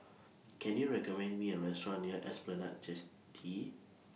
Can YOU recommend Me A Restaurant near Esplanade